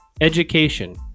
education